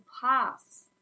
pass